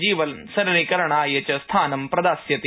जीवनसरलीकरणाय च स्थानं प्रदास्यति